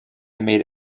made